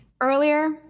earlier